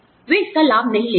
वे इसका लाभ नहीं लेते हैं